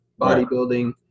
Bodybuilding